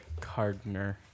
Cardner